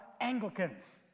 Anglicans